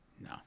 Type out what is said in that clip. no